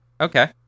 Okay